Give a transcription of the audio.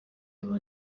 ubundi